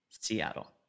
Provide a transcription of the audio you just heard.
Seattle